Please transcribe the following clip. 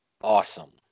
awesome